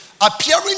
Appearing